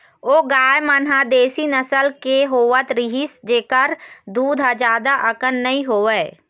ओ गाय मन ह देसी नसल के होवत रिहिस जेखर दूद ह जादा अकन नइ होवय